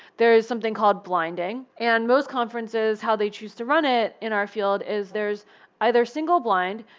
there's something called blinding. and most conferences, how they choose to run it in our field is there's either single blind,